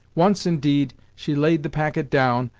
once, indeed, she laid the packet down,